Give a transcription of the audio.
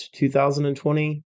2020